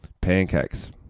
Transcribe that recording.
Pancakes